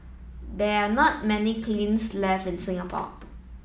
they are not many kilns left in Singapore